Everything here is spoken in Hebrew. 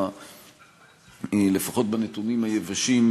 לפחות בנתונים היבשים,